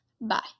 Bye